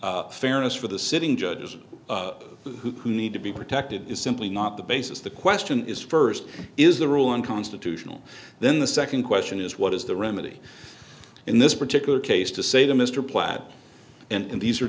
fairness for the sitting judges who need to be protected is simply not the basis the question is first is the rule unconstitutional then the second question is what is the remedy in this particular case to say to mr platt and these are